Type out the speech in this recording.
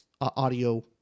audio